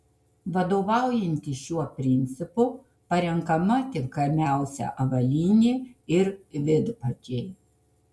vadovaujantis šiuo principu parenkama tinkamiausia avalynė ir vidpadžiai